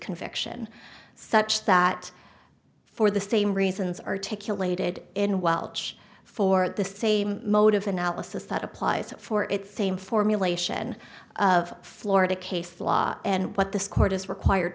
conviction such that for the same reasons articulated in welsh for the same mode of analysis that applies for its same formulation of florida case law and what the court is required